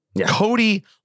Cody